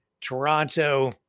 Toronto